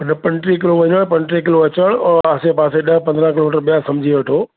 मन पंटीह किलो वञण पंटीह किलो अचनि और आसे पासे ॾह पंद्रहं किलोमीटर ॿिया सम्झी वठो